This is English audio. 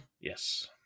Yes